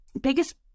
biggest